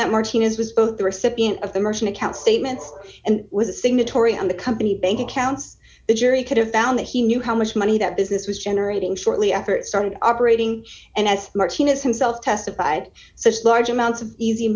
that martina's was both the recipient of the merchant account statements and was a signatory on the company bank accounts the jury could have found that he knew how much money that business was generating shortly after it started operating and as martinez himself testified so as large amounts of easy